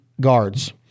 guards